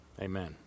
Amen